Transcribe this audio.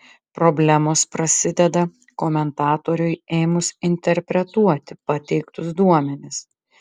problemos prasideda komentatoriui ėmus interpretuoti pateiktus duomenis